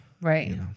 Right